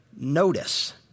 notice